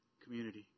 Community